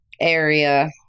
area